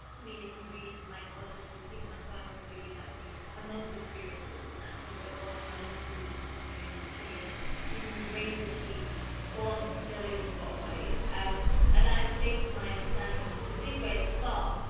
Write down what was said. i mean if you read my acknowledgments, you'll see that my starting point videos actually my mum's experiences, and actually what it was for my mum to move to this country, and be treated in the ways that she was, and still is in a lot of ways, and that that has shaped my understanding of this in a big way, but,